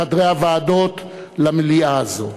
לחדרי הוועדות, למליאה הזאת.